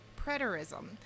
preterism